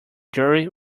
jury